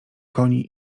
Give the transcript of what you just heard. koni